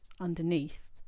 underneath